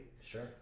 Sure